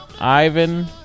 Ivan